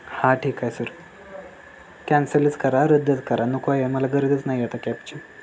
हा ठीक आहे सर कॅन्सलच करा रद्दच करा नको आहे आणि मला गरजच नाही आहे त्या कॅबची